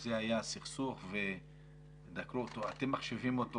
שזה היה סכסוך ודקרו אותו, אתם מחשיבים אותו